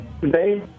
today